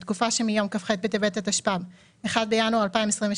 בתקופה שמיום כ"ח בטבת התשפ"ב (1 בינואר 2022)